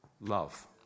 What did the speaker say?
love